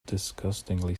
disgustingly